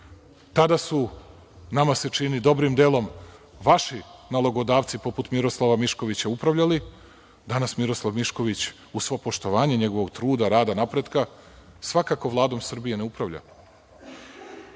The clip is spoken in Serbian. Tada su, nama se čini, dobrim delom, vaši nalogodavci poput Miroslava Miškovića upravljali, danas Miroslav Mišković, uz svo poštovanje njegovog truda, rada, napretka, svakako Vladom Srbije ne upravlja.